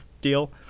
deal